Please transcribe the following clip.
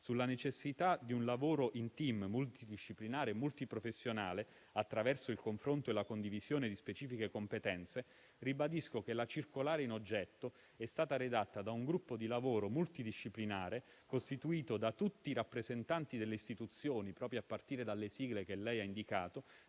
Sulla necessità di un lavoro in *team* multidisciplinare e multiprofessionale attraverso il confronto e la condivisione di specifiche competenze, ribadisco che la circolare in oggetto è stata redatta da un gruppo di lavoro multidisciplinare costituito da tutti i rappresentanti delle istituzioni, proprio a partire dalle sigle che lei ha indicato,